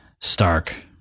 stark